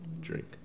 drink